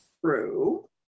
True